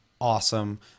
awesome